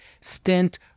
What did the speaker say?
stent